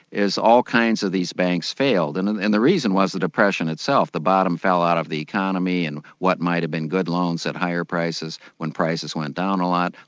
is all kinds of these banks failed, and and and the reason was the depression itself the bottom fell out of the economy and what might have been good loans at higher prices, when prices went down a lot,